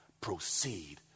proceed